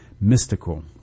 mystical